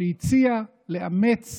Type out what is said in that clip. שהציע לאמץ